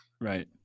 right